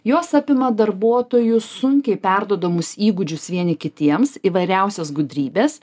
jos apima darbuotojų sunkiai perduodamus įgūdžius vieni kitiems įvairiausias gudrybes